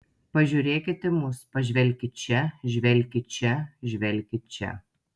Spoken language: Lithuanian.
pažiūrėkit į mus pažvelkit čia žvelkit čia žvelkit čia